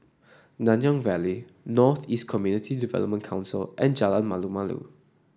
Nanyang Valley North East Community Development Council and Jalan Malu Malu